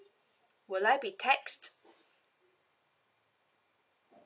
will I be taxed